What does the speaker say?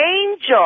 angel